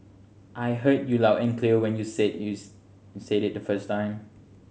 I heard you loud and clear when you said its you said it the first time